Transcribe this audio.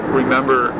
remember